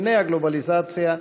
ממאפייני הגלובליזציה,